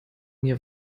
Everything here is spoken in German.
mir